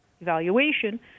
evaluation